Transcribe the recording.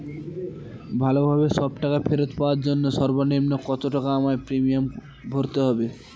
ভালোভাবে সব টাকা ফেরত পাওয়ার জন্য সর্বনিম্ন কতটাকা আমায় প্রিমিয়াম ভরতে হবে?